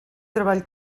treball